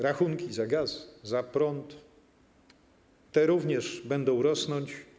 Rachunki za gaz, za prąd - te również będą rosnąć.